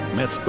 met